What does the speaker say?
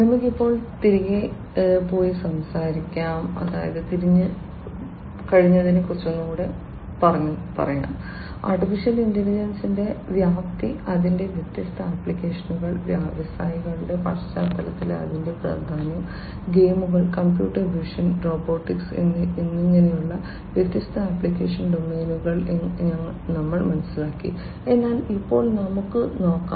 നമുക്ക് ഇപ്പോൾ തിരികെ പോയി സംസാരിക്കാം AI യുടെ വ്യാപ്തി അതിന്റെ വ്യത്യസ്ത ആപ്ലിക്കേഷനുകൾ വ്യവസായങ്ങളുടെ പശ്ചാത്തലത്തിൽ അതിന്റെ പ്രാധാന്യം ഗെയിമുകൾ കമ്പ്യൂട്ടർ വിഷൻ റോബോട്ടിക്സ് എന്നിങ്ങനെയുള്ള വ്യത്യസ്ത ആപ്ലിക്കേഷൻ ഡൊമെയ്നുകൾ ഞങ്ങൾ മനസ്സിലാക്കി എന്നാൽ ഇപ്പോൾ നമുക്ക് നോക്കാം